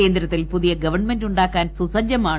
കേന്ദ്രത്തിൽ പുതിയ ഗവൺമെന്റ് ഉണ്ടാക്കാൻ സുസജ്ജമാണ്